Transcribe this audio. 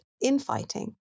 infighting